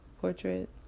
portrait